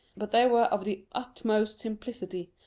but they were of the utmost simplicity,